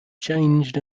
changed